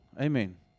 Amen